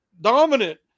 dominant